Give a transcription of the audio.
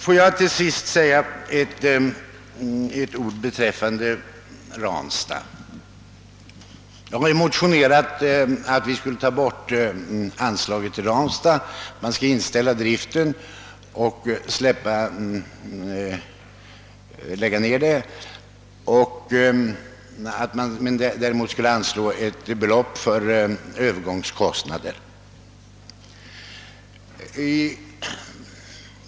Låt mig till sist säga några ord beträffande Ranstad. Jag har motionerat om att vi skulle ta bort anslaget till Ranstad, inskränka driften och lägga ned det och därför anslå ett belopp för övergångskostnader.